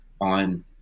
on